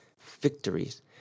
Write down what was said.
victories